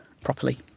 properly